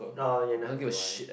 orh you're none do I